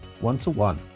one-to-one